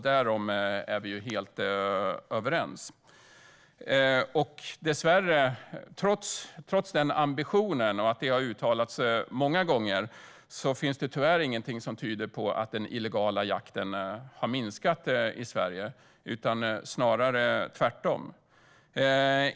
Därom är vi helt överens. Trots den ambitionen och att det har uttalats många gånger finns det tyvärr ingenting som tyder på att den illegala jakten har minskat i Sverige, snarare tvärtom.